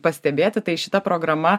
pastebėti tai šita programa